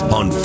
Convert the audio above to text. on